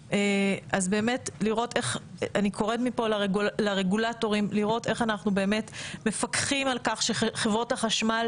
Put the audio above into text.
אני קוראת מפה לרגולטורים איך אנחנו מפקחים על כך שחברות החשמל